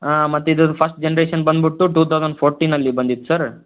ಮತ್ತು ಇದ್ರದ್ದು first generation ಬಂದ್ಬಿಟ್ಟು ಟೂ ತೌಸಂಡ್ ಫೋರ್ಟೀನಲ್ಲಿ ಬಂದಿತ್ತು ಸರ್